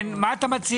כן, מה אתה מציע?